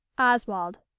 oswald.